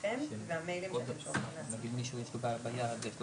לעשות לעצמי ולמשרד חיים קלים ולהסכים